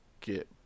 get